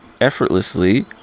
effortlessly